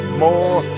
more